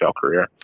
career